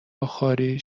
بخاری